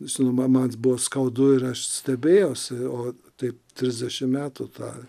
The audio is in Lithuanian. žinoma man buvo skaudu ir aš stebėjausi o taip trisdešim metų tą